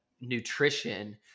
nutrition